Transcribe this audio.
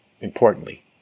importantly